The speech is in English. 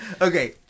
Okay